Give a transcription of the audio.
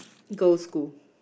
go school